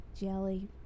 Jelly